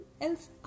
else